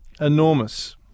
Enormous